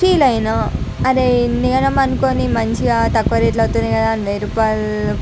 feel అయినా అరే ఇన్ని ఘనం అనుకోని మంచిగా తక్కువ రేట్లలో వస్తుంది కదా అని వేయి రూపాయలు